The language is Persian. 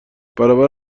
برابر